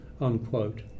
unquote